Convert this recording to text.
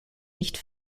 nicht